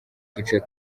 duce